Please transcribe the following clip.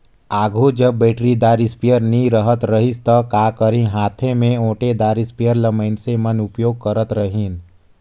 आघु जब बइटरीदार इस्पेयर नी रहत रहिस ता का करहीं हांथे में ओंटेदार इस्परे ल मइनसे मन उपियोग करत रहिन